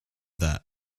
that